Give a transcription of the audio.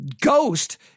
ghost